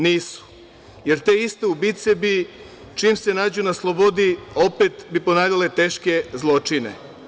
Nisu, jer te iste ubice bi, čim se nađu na slobodi, opet ponavljale teške zločine.